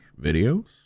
videos